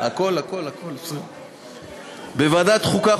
בוועדת החוקה,